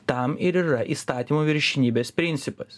tam ir yra įstatymų viršenybės principas